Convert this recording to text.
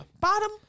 Bottom